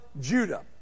Judah